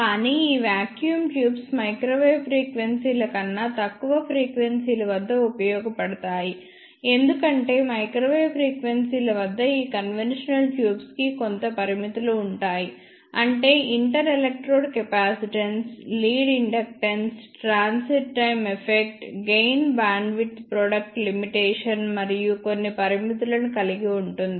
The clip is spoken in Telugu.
కానీ ఈ వాక్యూమ్ ట్యూబ్స్ మైక్రోవేవ్ ఫ్రీక్వెన్సీ ల కన్నా తక్కువ ఫ్రీక్వెన్సీ ల వద్ద ఉపయోగపడతాయి ఎందుకంటే మైక్రోవేవ్ ఫ్రీక్వెన్సీ ల వద్ద ఈ కన్వెన్షనల్ ట్యూబ్స్ కి కొంత పరిమితులు ఉంటాయి అంటే inter electrode capacitance lead inductance transit time effect gain bandwidth product limitation మరియు కొన్ని పరిమితులను కలిగి ఉంటుంది